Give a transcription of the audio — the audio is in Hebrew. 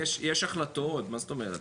יש החלטות, מה זאת אומרת?